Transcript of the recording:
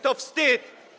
To wstyd.